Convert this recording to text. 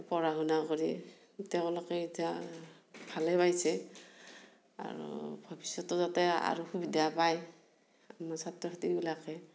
পঢ়া শুনা কৰি তেওঁলোকে এতিয়া ভালেই পাইছে আৰু ভৱিষ্যতেও যাতে আৰু সুবিধা পায় আৰু ছাত্ৰ ছাত্ৰীবিলাকে